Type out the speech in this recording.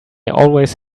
always